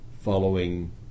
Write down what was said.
following